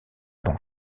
l’ont